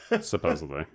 Supposedly